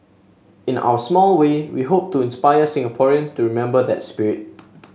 in our small way we hope to inspire Singaporeans to remember that spirit